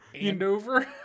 Andover